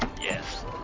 yes